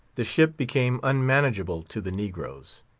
the ship became unmanageable to the negroes.